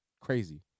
Crazy